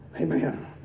Amen